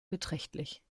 beträchtlich